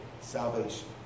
salvation